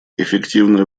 эффективное